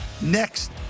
next